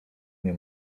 nie